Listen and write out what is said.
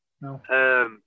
No